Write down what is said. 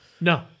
No